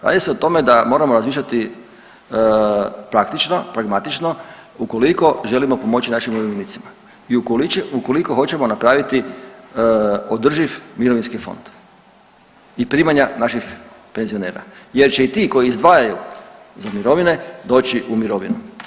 Radi se o tome da moramo razmišljati praktično, pragmatično ukoliko želimo pomoći našim umirovljenicima i ukoliko hoćemo napraviti održiv mirovinski fond i primanja naših penzionera jer će i ti koji izdvajaju za mirovine doći u mirovinu.